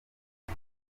com